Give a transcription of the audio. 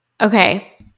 okay